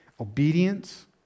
Obedience